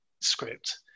script